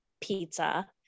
pizza